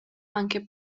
anche